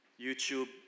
YouTube